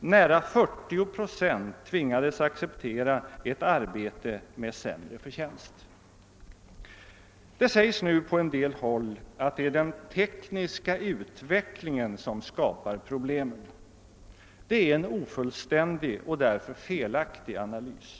Nära 40 procent tvingades acceptera ett arbete med sämre förtjänst. Det sägs nu på en del håll att det är den tekniska utvecklingen som skapar problemen. Det är en ofullständig och därför felaktig analys.